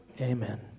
Amen